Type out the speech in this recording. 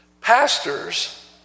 pastors